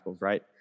right